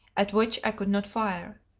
at which i could not fire.